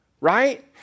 right